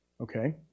Okay